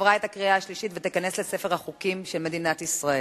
עברה בקריאה השלישית ותיכנס לספר החוקים של ישראל.